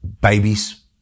babies